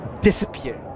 disappear